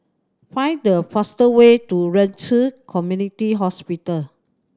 find the fast way to Ren Ci Community Hospital